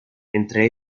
entre